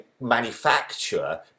manufacturer